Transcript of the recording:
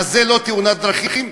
זה לא תאונת דרכים,